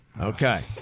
Okay